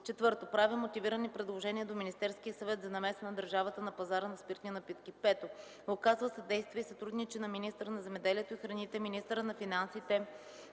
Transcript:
ниво; 4. прави мотивирани предложения до Министерския съвет за намеса на държавата на пазара на спиртни напитки; 5. оказва съдействие и сътрудничи на министъра на земеделието и храните, министъра на финансите,